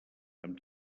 amb